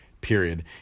Period